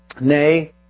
Nay